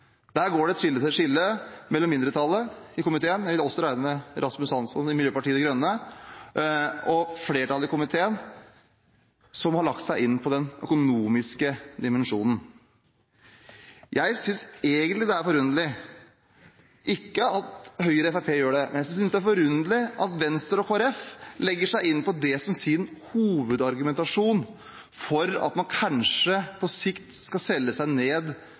Der går det et skille mellom mindretallet i komiteen – jeg vil også regne med Rasmus Hansson i Miljøpartiet De Grønne – og flertallet i komiteen, som har lagt seg inn på den økonomiske dimensjonen. Jeg synes egentlig ikke det er forunderlig at Høyre og Fremskrittspartiet gjør det, men jeg synes det er forunderlig at Venstre og Kristelig Folkeparti legger seg inn på det som sin hovedargumentasjon for at man kanskje på sikt skal selge seg ned,